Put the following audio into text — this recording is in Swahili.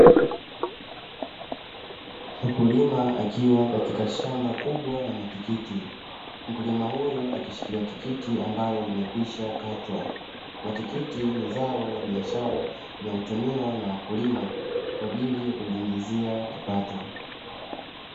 Mkulima akiwa katika shamba kubwa la matikiti, mkulima huyu akishika tikiti ambalo limekwisha katwa, matikiti ni zao la biashara linalotumiwa na wakulima kwa ajili ya kujiingizia kipato.